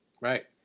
Right